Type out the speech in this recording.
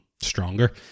stronger